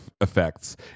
effects